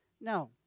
No